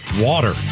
water